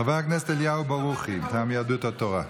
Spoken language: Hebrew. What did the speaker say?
חבר הכנסת אליהו ברוכי, מיהדות התורה,